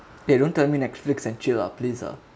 eh don't tell me netflix and chill ah please ah